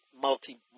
multi